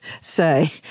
say